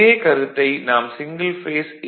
இதே கருத்தை நாம் சிங்கிள் பேஸ் ஏ